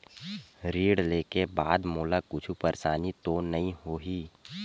ऋण लेके बाद मोला कुछु परेशानी तो नहीं होही?